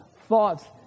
thoughts